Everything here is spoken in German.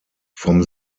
vom